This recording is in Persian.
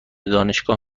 دانشگاه